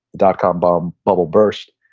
dotcom bomb, bubble burst,